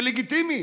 זה לגיטימי,